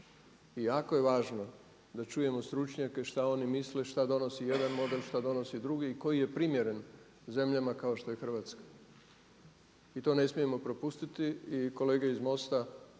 I jako je važno da čujemo stručnjake što oni misle što donosi jedan model, što donosi drugi i koji je primjeren zemljama kao što je Hrvatska. I to ne smijemo propustiti. I kolege iz MOST-a